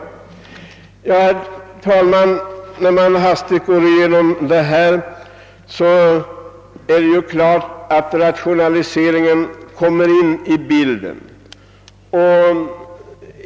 Herr talman! När vi hastigt går igenom det hela, finner vi att frågan om rationalisering kommer in i bilden.